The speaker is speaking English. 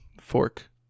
fork